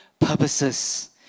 purposes